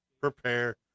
prepare